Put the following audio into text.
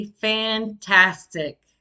Fantastic